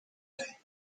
day